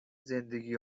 زندگی